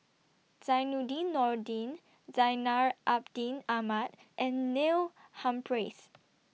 Zainudin Nordin Zainal Abidin Ahmad and Neil Humphreys